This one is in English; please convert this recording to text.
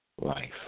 life